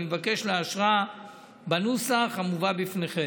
ואני מבקש לאשרה בנוסח המובא בפניכם.